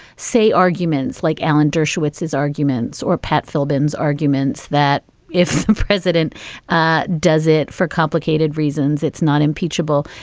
say, arguments like alan dershowitz, his arguments or pat philbin's arguments that if president ah does it for complicated reasons, it's not impeachable.